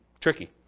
tricky